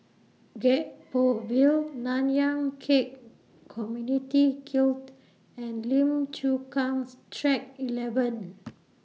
Gek Poh Ville Nanyang Khek Community Guild and Lim Chu Kang's Track eleven